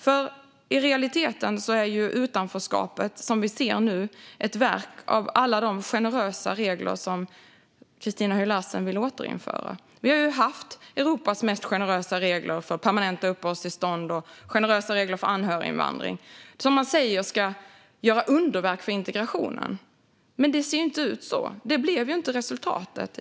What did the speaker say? I realiteten är det utanförskap som vi ser nu ett verk av alla de generösa regler som Christina Höj Larsen vill återinföra. Vi har ju haft Europas mest generösa regler för permanent uppehållstillstånd och för anhöriginvandring, som man säger ska göra underverk för integrationen. Men det ser inte ut så; det blev inte resultatet.